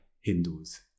Hindus